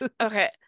okay